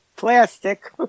plastic